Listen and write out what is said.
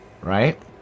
right